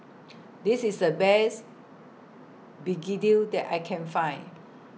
This IS The Best Begedil that I Can Find